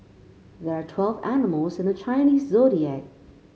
there are twelve animals in the Chinese Zodiac